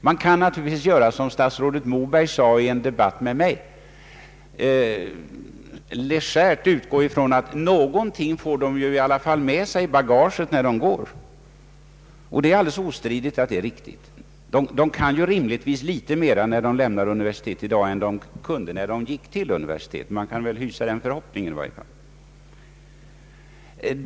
Man kan naturligtvis göra som statsrådet Moberg sade i en debatt med mig, nämligen legärt utgå från att någonting får de i alla fall med sig i bagaget när de går. Detta är naturligtvis helt riktigt. De kan rimligtvis litet mer när de lämnar universitetet i dag än de kunde när de gick till universitetet. Man kan väl i alla fall hysa den förhoppningen.